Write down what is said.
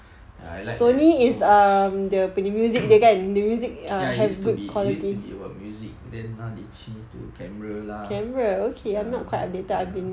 ah I like that so much ya use to be it use to be about music then now they change to camera lah ya